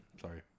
Sorry